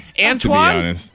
Antoine